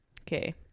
Okay